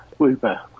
Uber